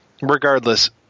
Regardless